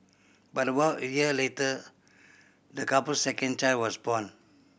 but about a year later the couple's second child was born